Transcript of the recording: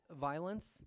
violence